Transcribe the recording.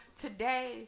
today